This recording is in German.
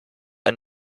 ein